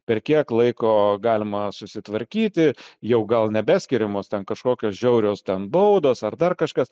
per kiek laiko galima susitvarkyti jau gal nebeskiriamos ten kažkokios žiaurios ten baudos ar dar kažkas